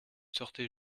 sortez